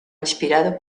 inspirado